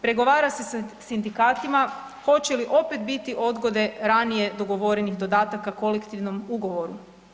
Pregovara se sa sindikatima, hoće li opet biti odgode ranije dogovorenih dodataka kolektivnom ugovoru.